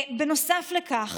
בנוסף לכך,